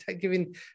giving